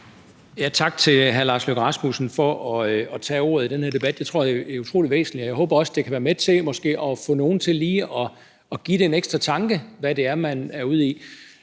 Tak til hr. Lars Løkke Rasmussen for at tage ordet i den her debat. Det tror jeg er utrolig væsentligt, og jeg håber også, det måske kan være med til at få nogle til lige at give det en ekstra tanke, hvad det er, man er ude i.